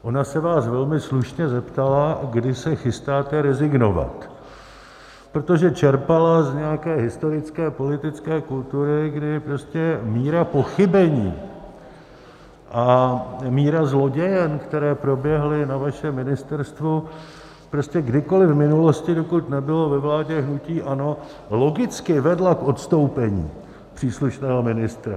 Ona se vás velmi slušně zeptala, kdy se chystáte rezignovat, protože čerpala z nějaké historické politické kultury, kdy prostě míra pochybení a míra zlodějen, které proběhly na vašem ministerstvu prostě kdykoli v minulosti, dokud nebylo ve vládě hnutí ANO, logicky vedla k odstoupení příslušného ministra.